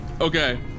Okay